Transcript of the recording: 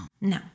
No